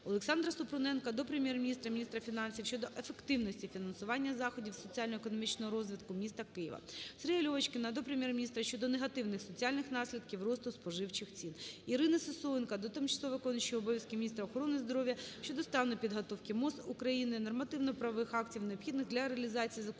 ОлександраСупруненка до Прем'єр-міністра України, міністра фінансів щодо ефективності фінансування заходів соціально-економічного розвитку міста Києва. СергіяЛьовочкіна до Прем'єр-міністра щодо негативних соціальних наслідків росту споживчих цін. ІриниСисоєнко до тимчасово виконуючої обов'язки міністра охорони здоров'я щодо стану підготовки МОЗ України нормативно-правових актів, необхідних для реалізації законів